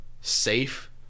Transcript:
safe